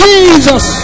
Jesus